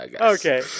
okay